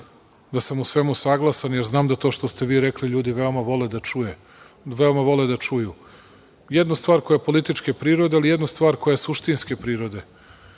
da sam u svemu saglasan, jer znam da to što ste vi rekli ljudi veoma vole da čuju, jednu stvar koja je političke prirode, ali jednu stvar koja je suštinske prirode.